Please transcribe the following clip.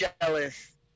jealous